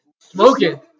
Smoking